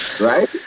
Right